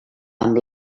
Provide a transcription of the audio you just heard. amb